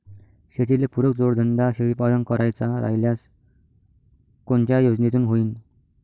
शेतीले पुरक जोडधंदा शेळीपालन करायचा राह्यल्यास कोनच्या योजनेतून होईन?